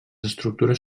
estructures